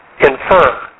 infer